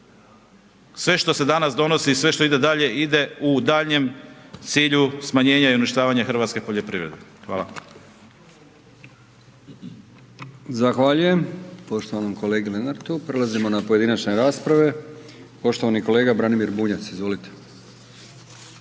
sve što se danas donosi, sve što ide dalje, ide u daljnjem cilju smanjenja i uništavanja hrvatske poljoprivrede. Hvala. **Brkić, Milijan (HDZ)** Zahvaljujem poštovanom kolegi Lenartu. Prelazimo na pojedinačne rasprave, poštovani kolega Branimir Bunjac, izvolite.